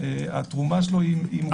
התרומה שלו מוגבלת.